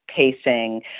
pacing